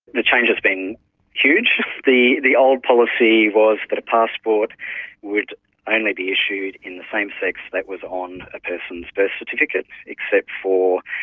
the change has been huge. the the old policy was that a passport would only be issued in the same sex that was on a person's birth certificate, except for,